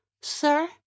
sir